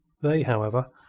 they, however,